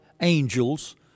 angels